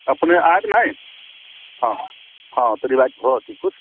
अपने आएब नहि हँ हँ तऽ रिबेट भऽ जयतै किछु